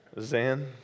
Zan